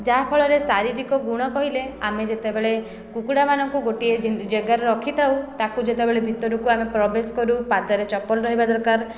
ଯାହାଫଳରେ ଶାରୀରିକ ଗୁଣ କହିଲେ ଆମେ ଯେତେବେଳେ କୁକୁଡ଼ାମାନଙ୍କୁ ଗୋଟିଏ ଜାଗାରେ ରଖିଥାଉ ତାକୁ ଯେତେବେଳେ ଭିତରକୁ ଆମେ ପ୍ରବେଶ କରୁ ପାଦରେ ଚପଲ ରହିବା ଦରକାର